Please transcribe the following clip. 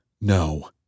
No